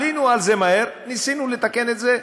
עלינו על זה מהר, ניסינו לתקן את זה,